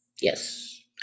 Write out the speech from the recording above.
Yes